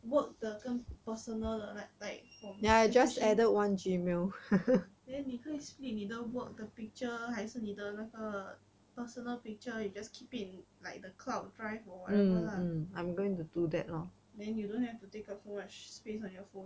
work 的跟 personal 的 like like from then 你可以 split 你的 work 的 picture 还是你的那个 personal picture you just keep in like the cloud drive or whatever lah and then you don't have to take up much space on your phone